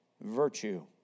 Virtue